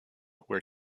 where